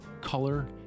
color